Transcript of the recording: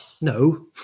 no